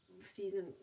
season